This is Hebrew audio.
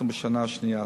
אנחנו בשנה השנייה.